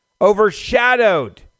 overshadowed